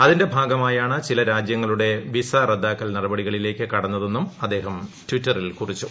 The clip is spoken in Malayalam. അതിന്റെ ഭാഗമായാണ് ചില രാജ്യങ്ങളുടെ വിൻ ്റ്ദാ്ക്കൽ നടപടികളിലേയ്ക്ക് കടന്നതെന്നും അദ്ദേഹം ട്വിറ്ററിൽക്കുറിച്ചു